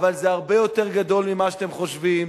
אבל זה הרבה יותר גדול ממה שאתם חושבים,